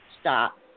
stop